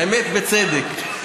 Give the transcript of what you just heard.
האמת, בצדק.